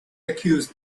accuse